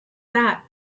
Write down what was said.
that